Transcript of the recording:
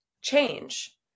change